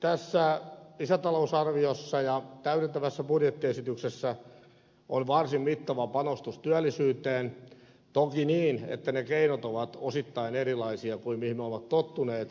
tässä lisätalousarviossa ja täydentävässä budjettiesityksessä on varsin mittava panostus työllisyyteen toki niin että ne keinot ovat osittain erilaisia kuin mihin me olemme tottuneet